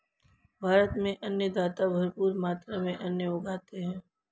भारत में अन्नदाता भरपूर मात्रा में अन्न उगाते हैं